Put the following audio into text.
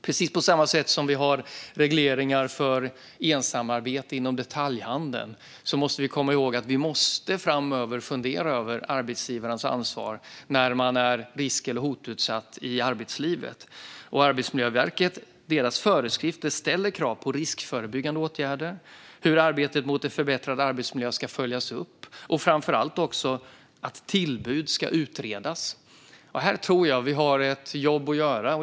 Precis på samma sätt som vi har regleringar för ensamarbete inom detaljhandeln måste vi framöver fundera över arbetsgivarnas ansvar när människor är utsatta för risker eller hot i arbetslivet. Arbetsmiljöverkets föreskrifter ställer krav på riskförebyggande åtgärder, på hur arbetet för en förbättrad arbetsmiljö ska följas upp och - framför allt - på att tillbud ska utredas. Här tror jag att vi har ett jobb att göra.